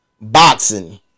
Boxing